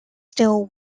still